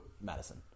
Madison